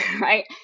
right